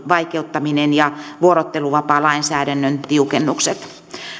vaikeuttaminen ja vuorotteluvapaalainsäädännön tiukennukset